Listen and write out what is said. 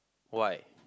why